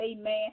amen